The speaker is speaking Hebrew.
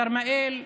בכרמיאל,